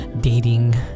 dating